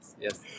Yes